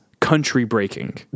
country-breaking